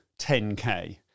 10k